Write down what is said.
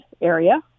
area